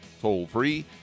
toll-free